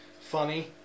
funny